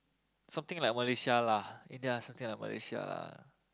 something like Malaysia lah India something like Malaysia ah